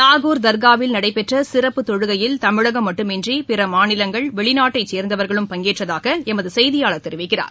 நாகூர் தர்காவில் நடைபெற்ற சிறப்பு தொழுகையில் தமிழகம் மட்டுமின்றி பிற மாநிலங்கள் வெளிநாட்டைச்சேர்ந்தவர்களும் பங்கேற்றகதாக எமது செய்தியாளர் தெரிவிக்கிறார்